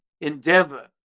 endeavor